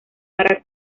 para